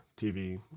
TV